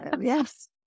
Yes